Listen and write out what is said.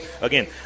again